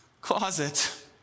closet